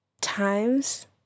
times